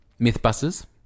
Mythbusters